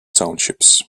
townships